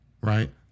Right